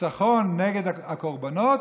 ניצחון נגד הקורבנות?